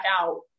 out